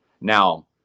now